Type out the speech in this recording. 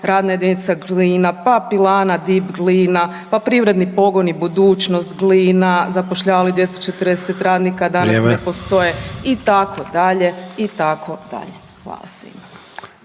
radna jedinica Glina, pa pilana DIP Glina, pa privredni pogoni Budućnost Glina zapošljavali 240 radnika danas ne postoje itd. itd. Hvala svima.